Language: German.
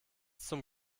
zum